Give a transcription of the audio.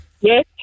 Yes